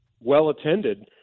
well-attended